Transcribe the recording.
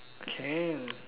can